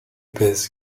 pèse